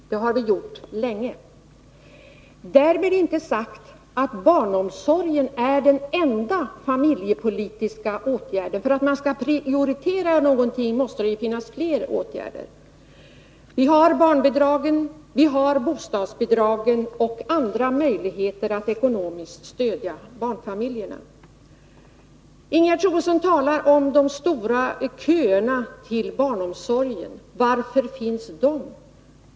Det har vi gjort länge. Därmed är inte sagt att barnomsorgen är den enda familjepolitiska åtgärden. För att man skall kunna prioritera någonting måste det ju finnas fler åtgärder. Vi har barnbidragen, och vi har bostadsbidragen och andra möjligheter att ekonomiskt stödja barnfamiljerna. Ingegerd Troedsson talar om de stora köerna till barnomsorgen. Varför finns dessa?